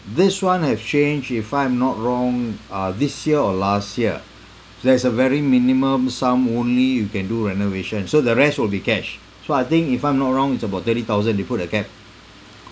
this one have changed if I'm not wrong uh this year or last year there's a very minimum sum only you can do renovation so the rest will be cash so I think if I'm not wrong it's about thirty thousand they put a cap